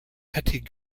petit